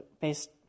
based